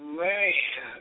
man